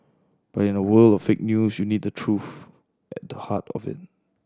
but in a world of fake news you need truth at the heart of it